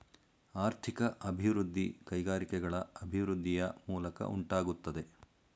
ಆರ್ಥಿಕ ಅಭಿವೃದ್ಧಿ ಕೈಗಾರಿಕೆಗಳ ಅಭಿವೃದ್ಧಿಯ ಮೂಲಕ ಉಂಟಾಗುತ್ತದೆ